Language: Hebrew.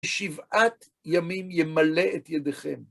שבעת ימים ימלא את ידיכם.